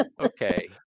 Okay